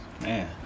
man